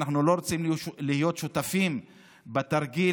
ואנחנו לא רוצים להיות שותפים בתרגיל